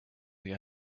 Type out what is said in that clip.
your